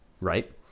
right